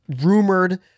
rumored